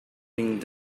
being